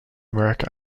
america